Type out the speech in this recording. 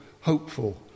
hopeful